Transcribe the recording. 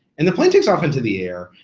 and the plane takes off into the air,